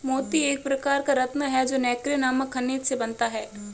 मोती एक प्रकार का रत्न है जो नैक्रे नामक खनिज से बनता है